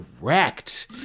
correct